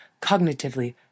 Cognitively